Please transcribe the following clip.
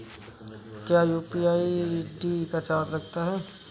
क्या UPI ID का charge लगता है?